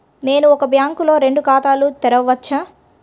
నేను ఒకే బ్యాంకులో రెండు ఖాతాలు తెరవవచ్చా?